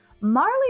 Marley